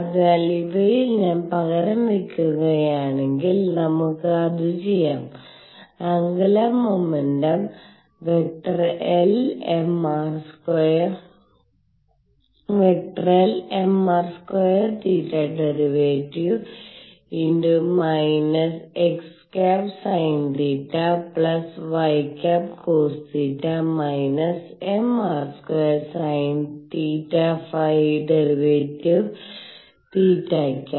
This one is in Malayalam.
അതിനാൽ ഇവയിൽ ഞാൻ പകരം വയ്ക്കുകയാണെങ്കിൽ നമുക്ക് അത് ചെയ്യാം ആന്ഗുലർ മോമെന്റും vector L mr2 θ˙ − x sinϕ y cos ϕ−mr2 sinθ ϕ˙ θ